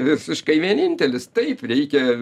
visiškai vienintelis taip reikia